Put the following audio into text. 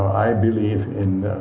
i believe in